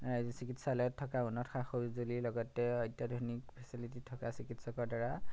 ৰাজ্যিক চিকিৎসালয়ত থকা উন্নত সা সঁজুলিৰ লগতে অত্যাধুনিক ফেচিলিটি থকা চিকিৎসকৰদ্বাৰা